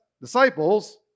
disciples